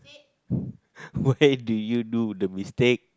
why do you do the mistake